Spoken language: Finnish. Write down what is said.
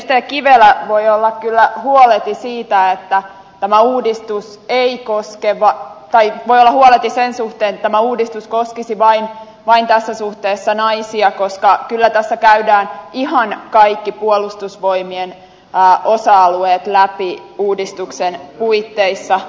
edustaja kivelä voi olla kyllä huoleti siitä että tämä uudistus ei koske vain tai melalahti sen suhteen että tämä uudistus koskisi tässä suhteessa vain naisia koska kyllä tässä uudistuksen puitteissa käydään läpi ihan kaikki puolustusvoimien osa alueet